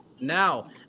now